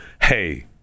Hey